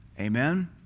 Amen